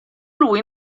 lui